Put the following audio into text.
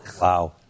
Wow